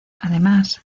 además